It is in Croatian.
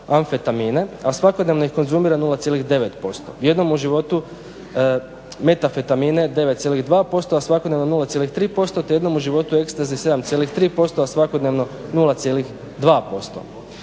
amfetamine, a svakodnevno ih konzumira 0,9%. Jednom u životu metafetamine 9,2% a svakodnevno 0,3% te jednom u životu ecstasy 7,3% a svakodnevno 0,2%.